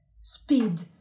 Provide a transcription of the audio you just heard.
speed